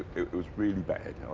it was really bad,